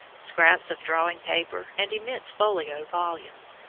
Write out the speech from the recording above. scraps of drawing paper, and immense folio volumes,